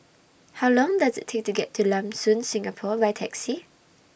How Long Does IT Take to get to Lam Soon Singapore By Taxi